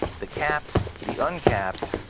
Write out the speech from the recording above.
the capped, the uncapped,